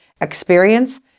experience